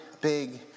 big